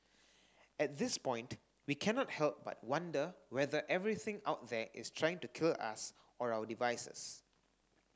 at this point we cannot help but wonder whether everything out there is trying to kill us or our devices